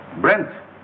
Brent